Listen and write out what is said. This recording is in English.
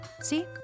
See